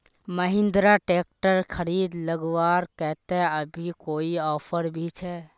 Mahindra tractor खरीद लगवार केते अभी कोई ऑफर भी छे?